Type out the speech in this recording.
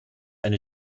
eine